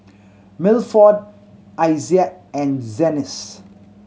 Milford Isaiah and Janyce